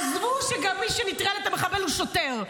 עזבו שגם מי שנטרל את המחבל הוא שוטר.